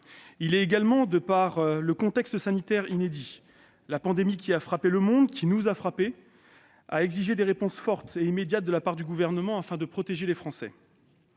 Il l'est également de par le contexte sanitaire inédit. La pandémie qui a frappé le monde, qui nous a frappés, a exigé des réponses fortes et immédiates de la part du Gouvernement, afin de protéger les Français.